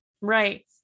right